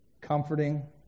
comforting